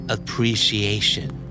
Appreciation